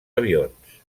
avions